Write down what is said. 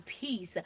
peace